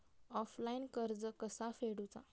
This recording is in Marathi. ऑफलाईन कर्ज कसा फेडूचा?